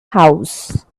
house